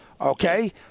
Okay